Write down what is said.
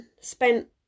spent